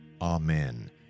Amen